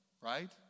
right